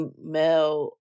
male